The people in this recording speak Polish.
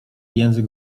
język